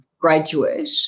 graduate